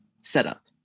setup